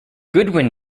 goodwin